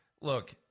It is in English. look